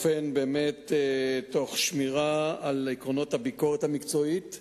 תוך שמירה על עקרונות הביקורת המקצועית,